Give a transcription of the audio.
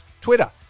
Twitter